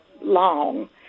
long